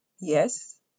Yes